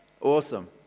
Awesome